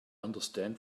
understand